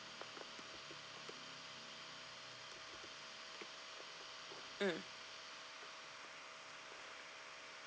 mm